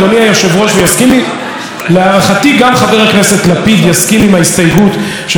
ולהערכתי גם חבר הכנסת לפיד יסכים עם ההסתייגות שאני הולך לומר עכשיו,